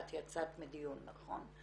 את יצאת מדיון, נכון?